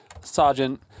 Sergeant